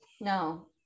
No